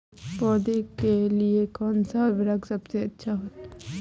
पौधों के लिए कौन सा उर्वरक सबसे अच्छा है?